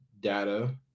data